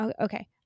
Okay